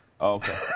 Okay